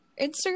instagram